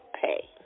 pay